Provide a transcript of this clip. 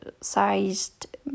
sized